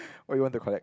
what you want to collect